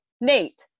Nate